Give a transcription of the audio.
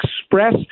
express